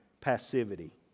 passivity